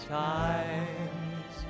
times